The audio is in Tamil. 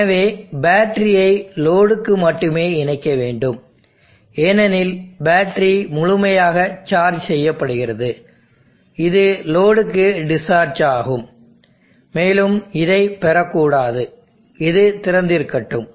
எனவே பேட்டரியை லோடுக்கு மட்டுமே இணைக்க வேண்டும் ஏனெனில் பேட்டரி முழுமையாக சார்ஜ் செய்யப்படுகிறது இது லோடுக்கு டிஸ்சார்ஜ் ஆகும் மேலும் இதை பெறக்கூடாது இது திறந்திருக்கட்டும்